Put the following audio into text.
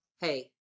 Hey